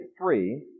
three